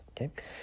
Okay